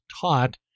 taught